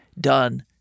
done